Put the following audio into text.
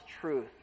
truth